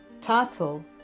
title